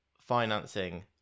financing